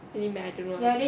really meh I don't know lah